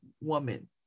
woman